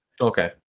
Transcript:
Okay